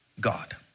God